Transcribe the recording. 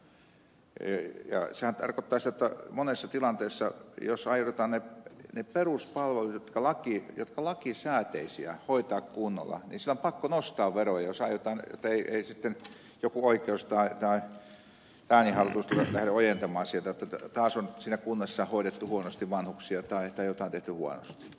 sehän tarkoittaa sitä jotta monessa tilanteessa jos aiotaan ne peruspalvelut jotka ovat lakisääteisiä hoitaa kunnolla niin silloin on pakko nostaa veroja jos halutaan että ei sitten joku oikeus tai lääninhallitus lähde ojentamaan jotta taas on siinä kunnassa hoidettu huonosti vanhuksia tai jotain tehty huonosti